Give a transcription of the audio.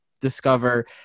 discover